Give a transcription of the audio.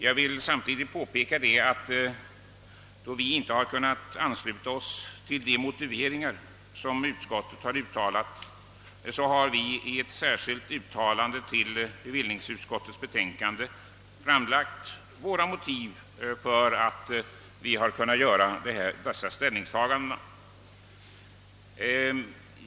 Jag vill dock samtidigt påpeka att vi, då vi inte har kunnat godtaga de motiveringar som utskottet har anfört, i ett särskilt yttrande till bevillningsutskottets betänkande har framlagt våra motiv för dessa ställningstaganden.